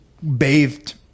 bathed